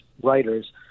writers